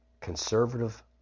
conservative